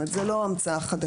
זאת אומרת, זה לא המצאה חדשה.